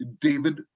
David